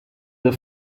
der